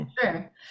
Sure